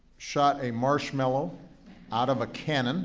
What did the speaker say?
shot a marshmallow out of a cannon